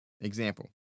Example